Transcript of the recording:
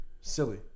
Silly